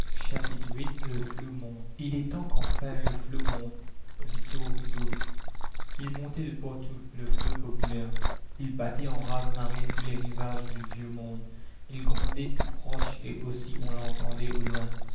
le flot monte il est temps qu'enfin le flot monte victor hugo il montait de partout le flot populaire il battait en rase marée tous les rivages du vieux monde il grondait tout proche et aussi on l'entendait au loin